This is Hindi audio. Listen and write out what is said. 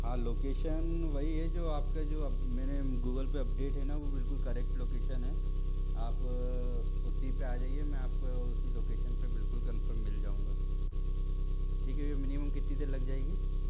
हाँ लोकेशन वही है जो आप के जो अब मैंने गूगल पर अपडेट है ना वो बिल्कुल करेक्ट लोकेशन है आप उसी पर आ जाइए मैं आप को उसी लोकेशन पर बिल्कुल कंफ़र्म मिल जाऊँगा ठीक है भी मिनिमम कितनी देर लग जाएगी